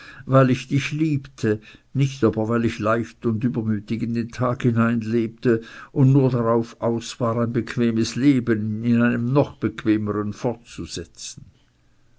weil ich dich liebte nicht aber weil ich leicht und übermütig in den tag hineinlebte und nur darauf aus war ein bequemes leben in einem noch bequemeren fortzusetzen